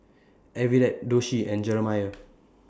Everett Doshie and Jeramie